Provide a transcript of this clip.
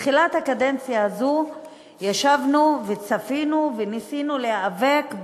בתחילת הקדנציה הזו ישבנו וצפינו וניסינו להיאבק,